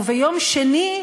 וביום שני,